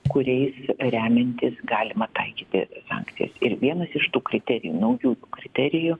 kuriais remiantis galima taikyti sankcijas ir vienas iš tų kriterijų naujų kriterijų